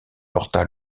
porta